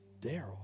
Daryl